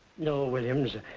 no, williams,